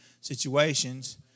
situations